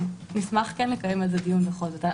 נשמח כן לקיים על זה דיון בכל זאת.